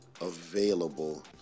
available